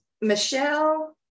Michelle